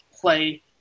play